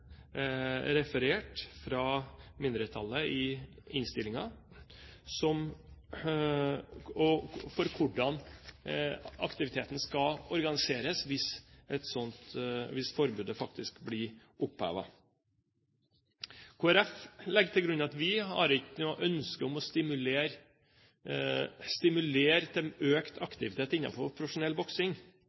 referert fra mindretallet i innstillingen, for hvordan aktiviteten skal organiseres hvis forbudet faktisk blir opphevet. I Kristelig Folkeparti legger vi til grunn at vi ikke har noe ønske om å stimulere til økt aktivitet innenfor profesjonell